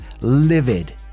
livid